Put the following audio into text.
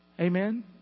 Amen